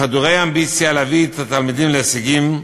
חדורי אמביציה להביא את התלמידים להישגים,